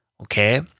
Okay